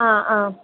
അ അ